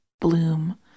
bloom